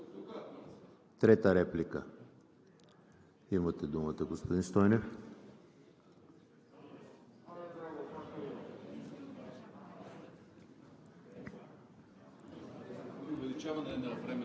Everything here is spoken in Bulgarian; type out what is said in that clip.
Трета реплика? Имате думата, господин Стойнев.